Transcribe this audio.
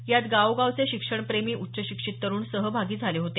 यात गावोगावचे शिक्षणप्रेमी उच्चशिक्षीत तरुण सहभाग झाले होते